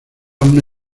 una